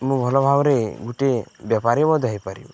ମୁଁ ଭଲ ଭାବରେ ଗୋଟେ ବେପାରୀ ମଧ୍ୟ ହେଇପାରିବି